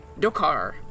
Dokar